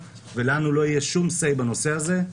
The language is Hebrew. ולנו לא יהיה שום "סיי" בנושא הזה.